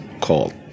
called